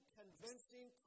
convincing